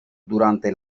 durante